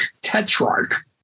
Tetrarch